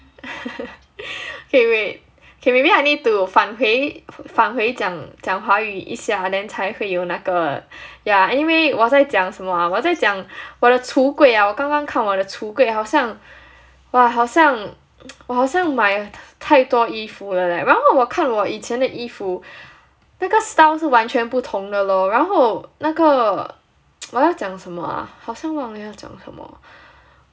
okay wait okay maybe I need to 返回返回讲讲华语一下 then 才会有那个 yeah anyway 我在讲什么啊我在讲我的橱柜啊我刚刚看我的橱柜 great 好像哇好像我好像买太多衣服了勒然后我看我以前的衣服那个 style 是完全不同的咯然后那个 我要讲什么啊好像忘了要讲什么